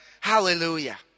Hallelujah